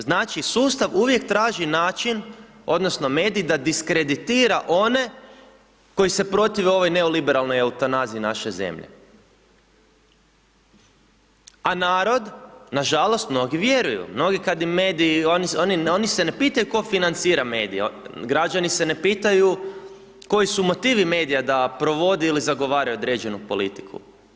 Znači, sustav uvijek traži način odnosno medij da diskreditira one koji se protive ovoj neoliberalnoj eutanaziji naše zemlje, a narod, nažalost, mnogi vjeruju, mnogi kad im mediji, oni se ne pitaju tko financiraju medije, građani se ne pitaju koji su motivi medija da provodi ili zagovara određenu politiku.